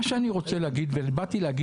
מה שאני רוצה להגיד לוועדה,